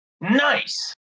Nice